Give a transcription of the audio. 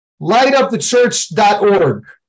LightUpTheChurch.org